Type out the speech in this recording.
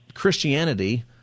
Christianity